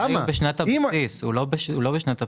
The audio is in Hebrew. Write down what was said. התנאי הוא בשנת הבסיס, הוא לא בשנת הפגיעה.